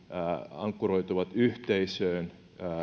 ankkuroituvat yhteisöön